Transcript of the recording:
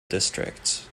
districts